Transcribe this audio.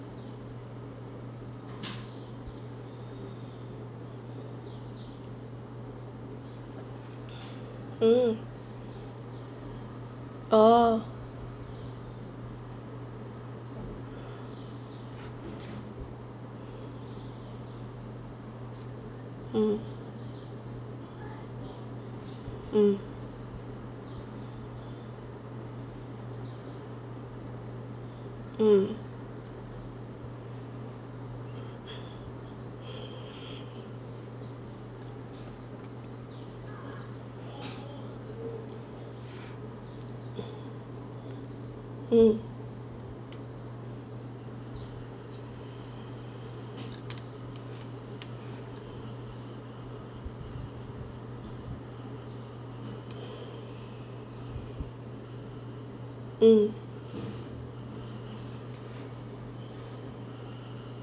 mm oh um